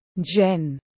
Jen